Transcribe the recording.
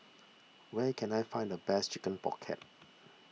where can I find the best Chicken Pocket